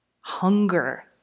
hunger